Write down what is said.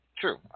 True